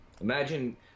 Imagine